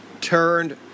turned